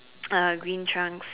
uh green trunks